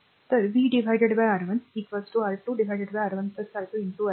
तर v R1 R2 R1 R2 i